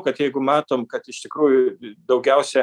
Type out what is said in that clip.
kad jeigu matom kad iš tikrųjų daugiausia